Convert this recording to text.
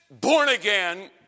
born-again